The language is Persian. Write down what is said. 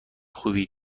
خوبی